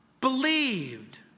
believed